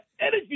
energy